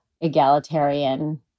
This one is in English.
egalitarian